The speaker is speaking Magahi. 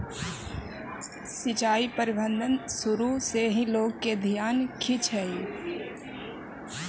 सिंचाई प्रबंधन शुरू से ही लोग के ध्यान खींचऽ हइ